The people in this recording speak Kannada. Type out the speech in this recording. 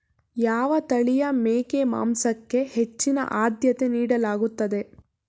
ಯಾವ ತಳಿಯ ಮೇಕೆ ಮಾಂಸಕ್ಕೆ ಹೆಚ್ಚಿನ ಆದ್ಯತೆ ನೀಡಲಾಗುತ್ತದೆ?